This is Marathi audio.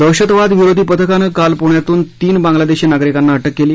दहशतवाद विरोधी पथकानं काल पुण्यातून तीन बांगलादेशी नागरिकांना अटक केली